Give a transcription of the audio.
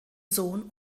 sohn